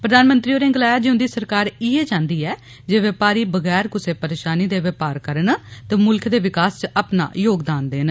प्रधानमंत्री होरें गलाया जे उन्दी सरकार इथै चाहंदी ऐ जे व्यापारी बगैर कुसा परेशानी दे व्यापार करै ते म्ल्ख दे विकास च अपना योगदान देन